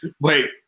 Wait